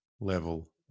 level